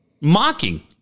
Mocking